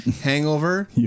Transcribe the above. Hangover